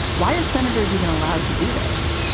why are senators even allowed to do this?